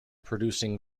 producing